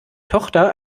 tochter